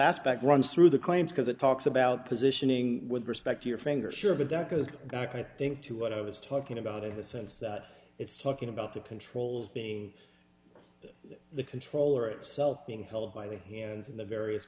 aspect runs through the claims because it talks about positioning with respect to your finger sure but that goes i think to what i was talking about in the sense that it's talking about the controls being the controller itself being held by the hands in the various